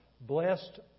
Blessed